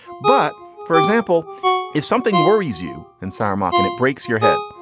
but for example if something worries you in samarkand it breaks your head.